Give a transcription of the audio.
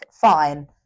Fine